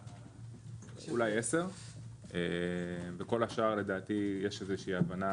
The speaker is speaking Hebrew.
אולי 10. כול השאר, לדעתי, יש איזו הבנה